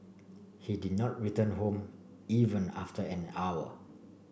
he did not return home even after an hour